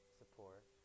support